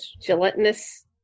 gelatinous